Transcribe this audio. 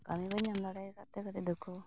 ᱠᱟᱹᱢᱤ ᱵᱟᱹᱧ ᱧᱟᱢ ᱫᱟᱲᱮ ᱟᱠᱟᱫ ᱛᱮ ᱠᱟᱹᱴᱤᱡ ᱫᱩᱠᱠᱷᱚ